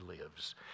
lives